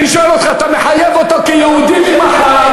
אני שואל אותך: אתה מחייב אותו כיהודי ממחר,